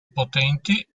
potenti